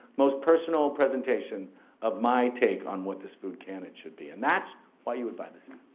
most personal presentation of my take on what this food can and should be. and that's why you would buy this app.